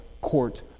Court